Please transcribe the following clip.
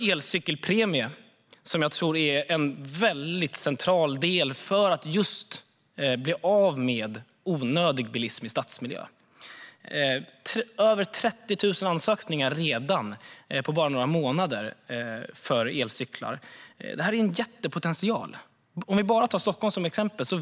Elcykelpremien tror jag är en väldigt central del för att bli av med onödig bilism i stadsmiljö. Det har redan på bara några månader inkommit över 30 000 ansökningar för elcyklar. Här finns en jättepotential. Vi kan ta Stockholm som exempel.